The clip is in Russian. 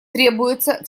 требуется